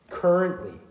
Currently